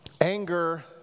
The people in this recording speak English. Anger